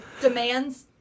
Demands